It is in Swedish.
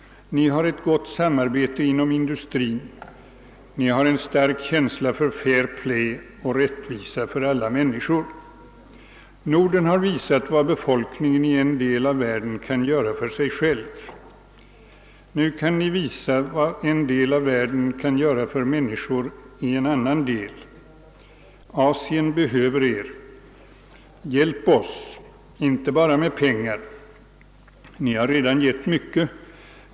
Ni har ett gott samarbete inom industrin. Ni har en stark känsla för fair play och rättvisa för alla människor. Norden har visat vad befolkningen i en del av världen kan göra för sig själv. Nu kan ni visa vad en del av världen kan göra för människorna i en annan del. Asien behöver er. Hjälp oss — inte bara med pengar. Ni har redan gett mycket.